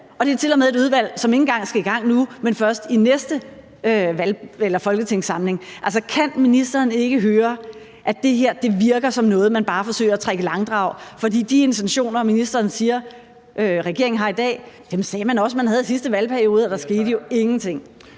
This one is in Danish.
og med et udvalg, som ikke engang skal i gang nu, men først i næste folketingssamling. Altså, kan ministeren ikke høre, at det her virker som noget, man bare forsøger at trække i langdrag? For de intentioner, ministeren siger regeringen har i dag, sagde man også man havde i sidste valgperiode, og der skete jo ingenting.